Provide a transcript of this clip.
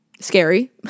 scary